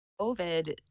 COVID